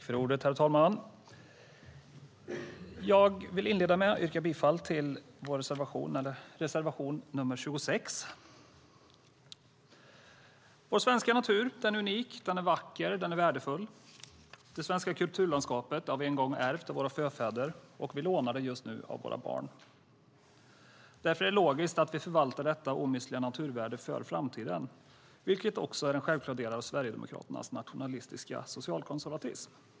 Herr talman! Jag vill inleda med att yrka bifall till reservation nr 26. Vår svenska natur är unik, vacker och värdefull. Det svenska kulturlandskapet har vi ärvt av våra förfäder, och vi lånar det av våra barn. Därför är det logiskt att vi förvaltar detta omistliga naturvärde för framtiden, vilket också är en självklar del av Sverigedemokraternas nationalistiska socialkonservatism.